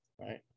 right